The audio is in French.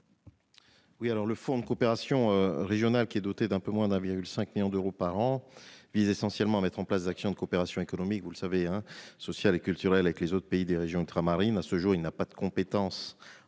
? Le fonds de coopération régionale, qui est doté d'un peu moins de 1,5 million d'euros par an, vise essentiellement à mettre en place des actions de coopération économique, sociale et culturelle avec les autres pays des régions ultramarines. À ce jour, il n'a pas de compétence